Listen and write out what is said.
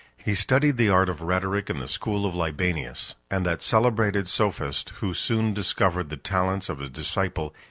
he studied the art of rhetoric in the school of libanius and that celebrated sophist, who soon discovered the talents of his disciple,